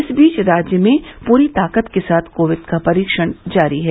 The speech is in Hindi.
इस बीच राज्य में पूरी ताकत के साथ कोविद का परीक्षण जारी है